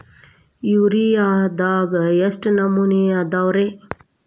ಯೂರಿಯಾದಾಗ ಎಷ್ಟ ನಮೂನಿ ಅದಾವ್ರೇ?